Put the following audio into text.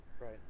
right